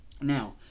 Now